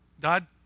God